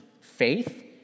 faith